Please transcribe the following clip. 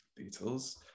Beatles